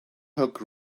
hook